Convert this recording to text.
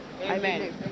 Amen